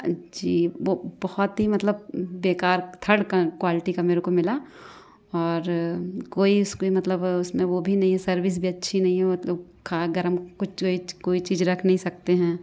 जी वो बहुत ही मतलब बेकार थर्ड क्वालिटी का मेरे को मिला और कोई उसकी मतलब उसमें वो भी नहीं सर्विस भी अच्छी नहीं हो खाना गर्म कुछ कोई चीज़ रख नहीं सकते हैं